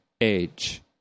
age